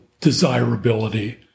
desirability